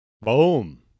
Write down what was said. Boom